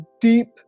deep